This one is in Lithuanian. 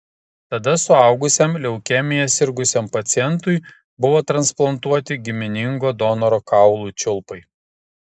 tada suaugusiam leukemija sirgusiam pacientui buvo transplantuoti giminingo donoro kaulų čiulpai